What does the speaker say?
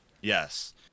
Yes